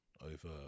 Over